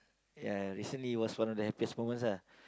ya recently it was one of the happiest moments ah